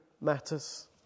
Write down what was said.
matters